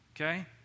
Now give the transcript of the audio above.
okay